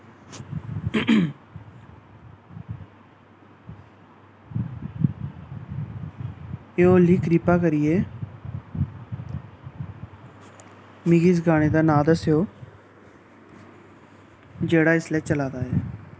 हे ओली किरपा करियै मिगी इस गाने दा नांऽ दस्सेओ जेह्ड़ा इसलै चलादा ऐ